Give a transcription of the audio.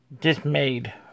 dismayed